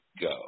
go